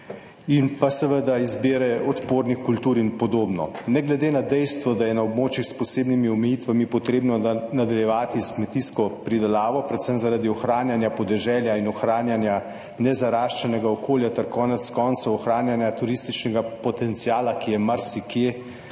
in pa seveda izbire odpornih kultur in podobno. Ne glede na dejstva je na območjih s posebnimi omejitvami potrebno nadaljevati s kmetijsko pridelavo, predvsem zaradi ohranjanja podeželja in ohranjanja nezaraščenega okolja ter konec koncev ohranjanja turističnega potenciala, ki je marsikje